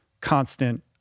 constant